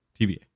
tba